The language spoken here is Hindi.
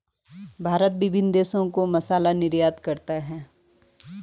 भारत विभिन्न देशों को मसाला निर्यात करता है